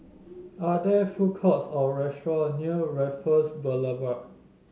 are there food courts or restaurant near Raffles Boulevard